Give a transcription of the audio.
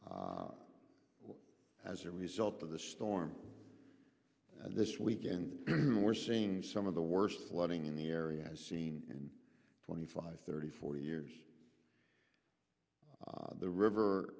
as a result of this storm and this weekend we're seeing some of the worst flooding in the area has seen in twenty five thirty forty years the river